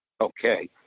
Okay